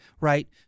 Right